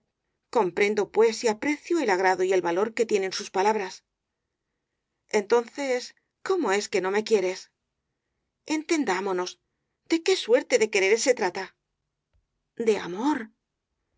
comprendo pues y aprecio el agrado y el valor que tienen sus palabras entonces cómo es que no me quieres entendámonos de qué suerte de quereres se trata de amor